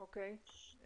אוקיי.